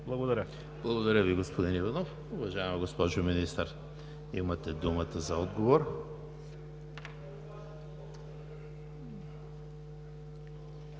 Благодаря Ви, господин Иванов. Уважаема госпожо Министър, имате думата за отговор.